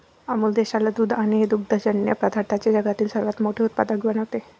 अमूल देशाला दूध आणि दुग्धजन्य पदार्थांचे जगातील सर्वात मोठे उत्पादक बनवते